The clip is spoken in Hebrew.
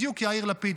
בדיוק יאיר לפיד,